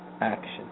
action